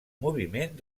moviment